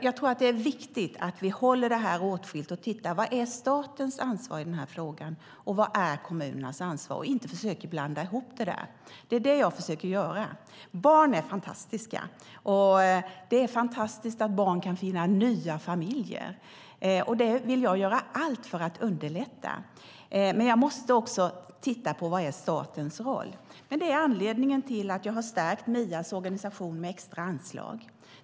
Jag tror att det är viktigt att vi håller detta åtskilt och tittar på vad som är statens ansvar i frågan och vad som är kommunernas ansvar. Vi ska inte blanda ihop det, och det är det jag försöker låta bli. Barn är fantastiska. Det är fantastiskt att barn kan finna nya familjer, och det vill jag göra allt för att underlätta. Men jag måste också titta på vad som är statens roll. Detta är anledningen till att jag har stärkt MIA:s organisation med extra anslag.